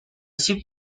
ship